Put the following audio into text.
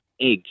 Eggs